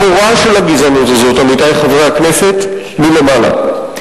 מקורה של הגזענות הזאת, עמיתי חברי הכנסת, מלמעלה.